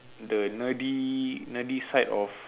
the nerdy nerdy side of